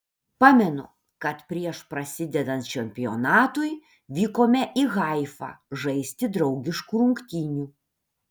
pamenu kad prieš prasidedant čempionatui vykome į haifą žaisti draugiškų rungtynių